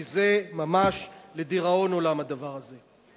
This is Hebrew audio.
כי זה ממש לדיראון עולם, הדבר הזה.